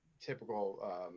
typical